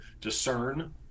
discern